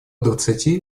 двадцати